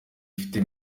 ifite